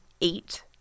eight